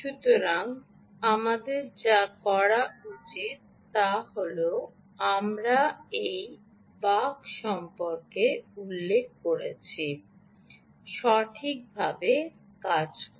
সুতরাং আমাদের যা করা উচিত তা হল আমরা এই বাক সম্পর্কে উল্লেখ করেছি সঠিকভাবে কাজ করে